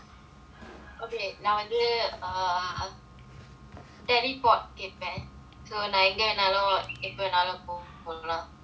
okay நான் வந்து:naan vanthu err daddy bought கேப்பேன்:keappaen so எங்க வேணாலும் எப்போ வேணாலும் போலாம்:enga venaalum eppo venaalum polaam